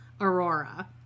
Aurora